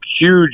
huge